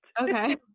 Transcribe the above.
okay